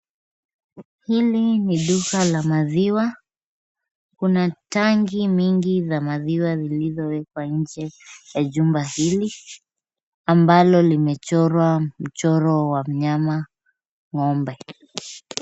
Hili ni duka la maziwa. Kuna tanki nyingi za maziwa zilizowekwa nje ya jumba hili, ambalo limechorwa mchoro wa mnyama, ng'ombe.